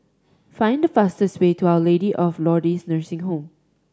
find the fastest way to Our Lady of Lourdes Nursing Home